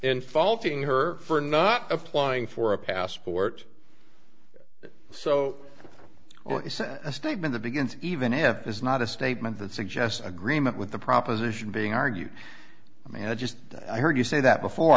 faulting her for not applying for a passport so or is a statement that begins even if it is not a statement that suggests agreement with the proposition being argued i mean i just i heard you say that before